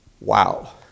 Wow